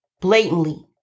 Blatantly